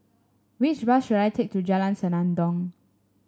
which bus should I take to Jalan Senandong